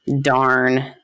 darn